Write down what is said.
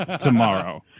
tomorrow